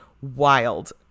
wild